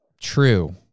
true